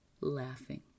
laughing